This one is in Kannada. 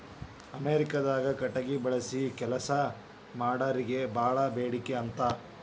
ಅಮೇರಿಕಾದಾಗ ಕಟಗಿ ಬಳಸಿ ಕೆಲಸಾ ಮಾಡಾರಿಗೆ ಬಾಳ ಬೇಡಿಕೆ ಅಂತ